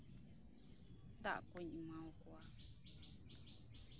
ᱫᱟᱜ ᱠᱚᱧ ᱮᱢᱟ ᱠᱚᱣᱟ